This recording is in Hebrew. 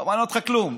לא מעניין אותך כלום.